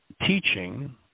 teaching